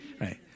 Right